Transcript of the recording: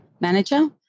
manager